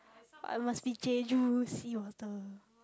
I must be Jeju sea water